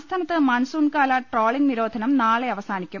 സംസ്ഥാനത്ത് മൺസൂൺകാല ട്രോളിംഗ് നിരോധനം നാളെ അവസാനിക്കും